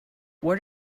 what